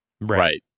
Right